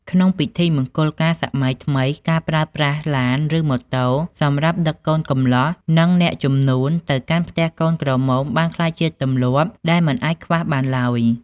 ក្នុងពិធីមង្គលការសម័យថ្មី ការប្រើប្រាស់ ឡាន ឬម៉ូតូ សម្រាប់ដឹកកូនកំលោះ និងអ្នកជំនូនទៅកាន់ផ្ទះកូនក្រមុំបានក្លាយជាទម្លាប់ដែលមិនអាចខ្វះបានឡើយ។